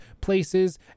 places